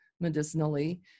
medicinally